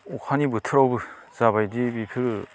अखानि बोथोरावबो जाबायदि बिफोर